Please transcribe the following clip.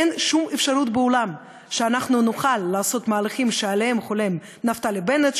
אין שום אפשרות בעולם שאנחנו נוכל לעשות מהלכים שעליהם חולם נפתלי בנט,